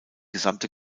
gesamte